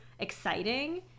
exciting